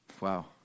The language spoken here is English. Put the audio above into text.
Wow